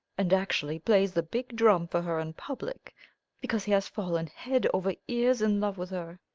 and actually plays the big drum for her in public because he has fallen head over ears in love with her.